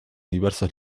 diversas